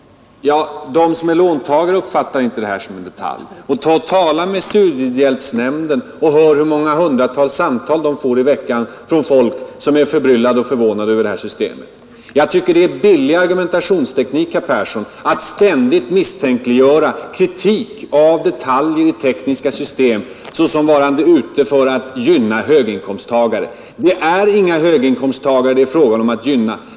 Ja, de som är låntagare uppfattar inte det som en detalj. Och tala med studiehjälpsnämnden och hör hur många hundratals samtal den får per vecka från folk som är förbryllade och förvånade över det här systemet. Jag tycker det är billig argumentationsteknik, herr Persson, att ständigt misstänkliggöra dem som anför kritik av detaljer i tekniska system såsom varande ute för att gynna höginkomsttagare. Det är inga höginkomsttagare det är frågan om att gynna.